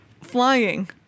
flying